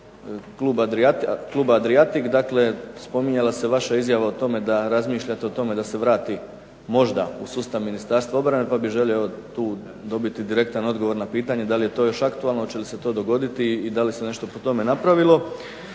Kluba Adriatic. Dakle spominjala se vaša izjava o tome da razmišljate o tome da se vrati možda u sustav Ministarstva obrane, pa bih želio tu dobiti direktan odgovor na pitanje, je li to aktualno, hoće li se to dogoditi i da li se nešto po tome napravilo.